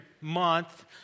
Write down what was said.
month